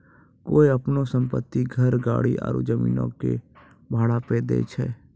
कोय अपनो सम्पति, घर, गाड़ी आरु जमीनो के भाड़ा पे दै छै?